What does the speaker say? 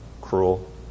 cruel